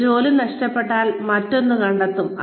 ഒരു ജോലി നഷ്ടപ്പെട്ടാൽ മറ്റൊന്ന് കണ്ടെത്തും